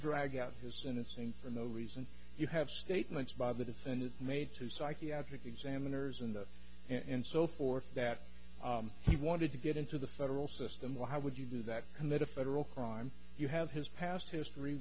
drag out his sentencing for no reason you have statements by the defendant made to psychiatric examiners in the and so forth that he wanted to get into the federal system why would you do that commit a federal crime you have his past history